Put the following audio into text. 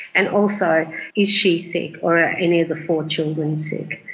and also is she sick or are any of the four children sick,